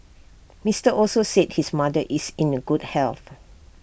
Mister Also said his mother is in A good health